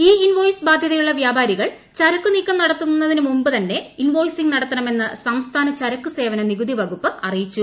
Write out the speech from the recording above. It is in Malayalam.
ഇ ഇൻവോയ്സ് ബാധ്യതയുള്ള വ്യാപാരികൾ ചരക്കുനീക്കം നടത്തുന്നതിന് മുൻപ് തന്നെ ഇൻവോയ്സിംഗ് നടത്തണമെന്ന് സംസ്ഥാന ചരക്കു സേവന നികുതി വകുപ്പ് അറിയിച്ചു